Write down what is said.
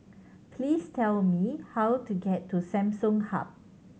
please tell me how to get to Samsung Hub